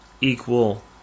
equal